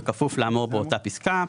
ובכפוף לאמור באותה פסקה.